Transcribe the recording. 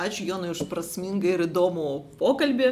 ačiū jonui už prasmingą ir įdomų pokalbį